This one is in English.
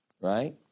right